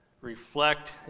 reflect